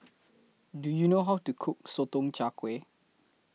Do YOU know How to Cook Sotong Char Kway